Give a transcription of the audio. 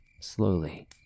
Slowly